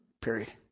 period